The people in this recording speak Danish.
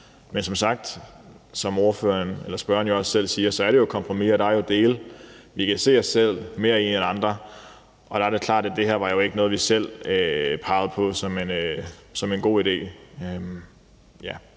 men som spørgeren også selv siger, er det kompromiser. Der er dele, vi kan se os selv mere i end andre, og der er det klart, at det her jo ikke var noget, vi selv pegede på som en god idé.